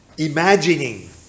Imagining